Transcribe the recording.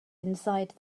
inside